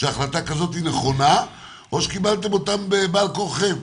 שהחלטה כזאת היא נכונה או שקיבלתם אותה בעל כורחכם?